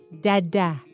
Dada